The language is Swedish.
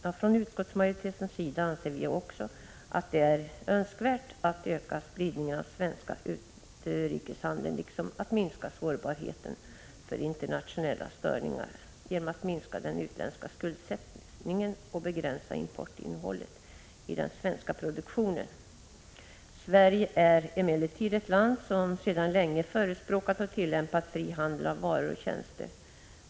Vi inom utskottsmajoriteten anser också att det är önskvärt att öka spridningen av den svenska utrikeshandeln liksom att minska sårbarheten för internationella störningar genom att krympa den utländska skuldsättningen och begränsa importinnehållet i den svenska produktionen. Sverige är emellertid ett land som sedan länge förespråkat och tillämpat fri handel av varor och tjänster.